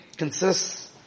consists